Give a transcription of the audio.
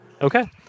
Okay